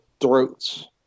throats